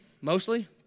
Mostly